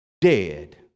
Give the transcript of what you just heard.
dead